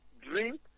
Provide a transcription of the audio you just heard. drink